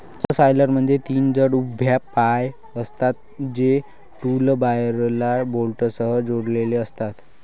सबसॉयलरमध्ये तीन जड उभ्या पाय असतात, जे टूलबारला बोल्टसह जोडलेले असतात